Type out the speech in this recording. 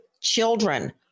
children